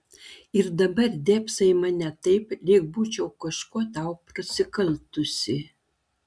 ir dabar dėbsai į mane taip lyg būčiau kažkuo tau prasikaltusi